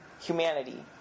humanity